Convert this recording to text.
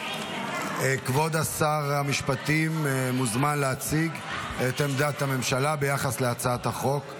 כבוד השר המשפטים מוזמן להציג את עמדת הממשלה ביחס להצעת החוק,